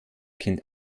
kind